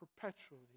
perpetually